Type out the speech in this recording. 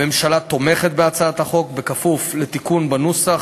הממשלה תומכת בהצעת החוק, בכפוף לתיקון בנוסח: